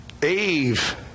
Eve